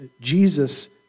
Jesus